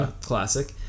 Classic